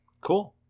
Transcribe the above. Cool